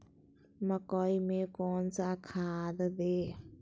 मकई में कौन सा खाद दे?